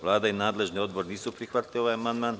Vlada i nadležni odbor nisu prihvatili ovaj amandman.